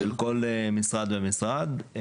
- -של כל משרד ומשרד.